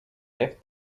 left